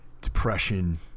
depression